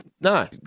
No